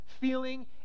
feeling